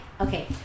Okay